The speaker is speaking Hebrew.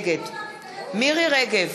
נגד מירי רגב,